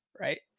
right